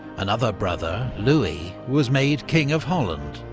another brother, louis, was made king of holland,